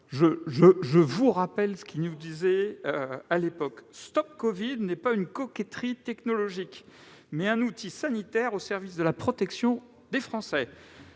Je vous rappelle ce qu'il nous disait à l'époque :« StopCovid n'est pas une coquetterie technologique. C'est un outil sanitaire au service de la protection des Françaises